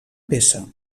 peça